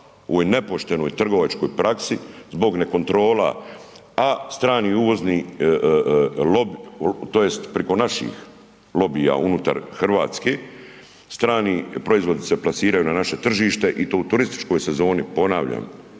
u nepoštenoj trgovačkoj praksi zbog ne kontrola, a strani uvozni tj. preko naših lobija unutar Hrvatske, strani proizvodi se plasiraju na naše tržište u to u turističkoj sezoni, ponavljam.